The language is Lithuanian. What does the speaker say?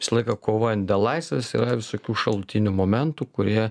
visą laiką kovojant dėl laisvės yra visokių šalutinių momentų kurie